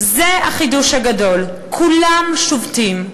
זה החידוש הגדול: כולם שובתים,